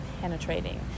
penetrating